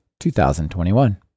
2021